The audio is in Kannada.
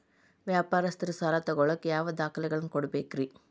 ವ್ಯಾಪಾರಸ್ಥರು ಸಾಲ ತಗೋಳಾಕ್ ಯಾವ ದಾಖಲೆಗಳನ್ನ ಕೊಡಬೇಕ್ರಿ?